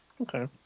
Okay